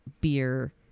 beer